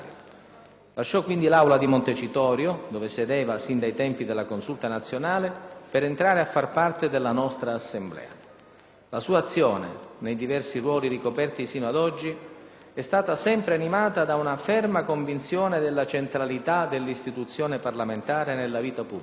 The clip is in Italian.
lasciò quindi l'Aula di Montecitorio, dove sedeva sin dai tempi della Consulta Nazionale, per entrare a far parte della nostra Assemblea. La sua azione, nei diversi ruoli ricoperti fino ad oggi, è sempre stata animata da una ferma convinzione della centralità dell'Istituzione parlamentare nella vita pubblica.